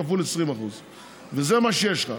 כפול 20%. זה מה שיש לך.